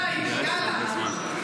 כי נראה לי שיש לך הרבה זמן.